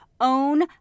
Own